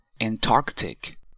Antarctic